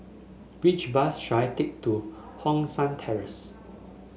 which bus should I take to Hong San Terrace